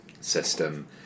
system